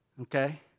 Okay